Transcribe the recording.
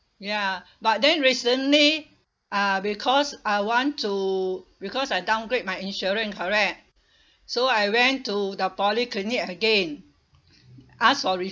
ya but then recently uh because I want to because I downgrade my insurance correct so I went to the polyclinic again ask for